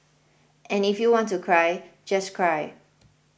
and if you want to cry just cry